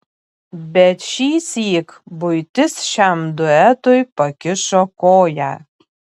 bet šįsyk buitis šiam duetui pakišo koją